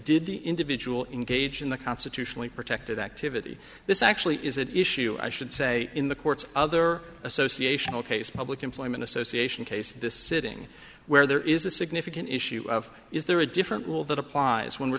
did the individual engage in the constitutionally protected activity this actually is an issue i should say in the court's other association case public employment association case this sitting where there is a significant issue of is there a different rule that applies when we're